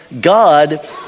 God